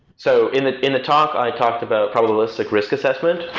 so in in the talk, i talked about probabilistic risk assessment,